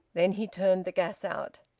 then he turned the gas out.